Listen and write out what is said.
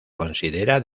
considera